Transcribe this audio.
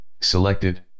Selected